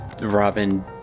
Robin